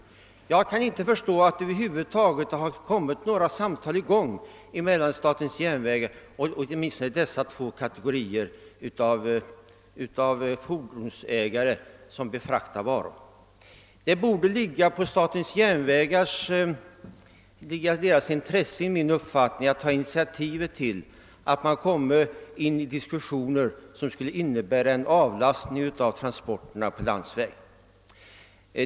Såvitt jag vet har det över huvud taget inte kommit i gång några samtal mellan statens järnvägar och dessa två kategorier av fordonsägare som befraktar varor. Det borde enligt min uppfattning ligga i statens järnvägars intresse att ta initiativ till diskussioner, varigenom man kunde få till stånd en avlastning av transporterna på landsväg.